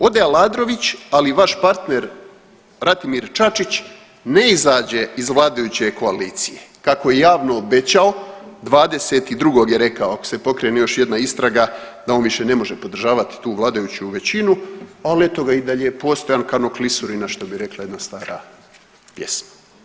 Ode Aladrović, ali vaš partner Radimir Čačić ne izađe iz vladajuće koalicije kako je javno obećao 22. je rekao ako se pokrene još jedna istraga da on više ne može podržavati tu vladajuću većinu, ali eto ga i dalje postojan ka no klisuri na što bi rekla jedna stara pjesma.